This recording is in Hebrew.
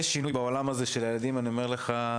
אני אומר לך,